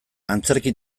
antzerki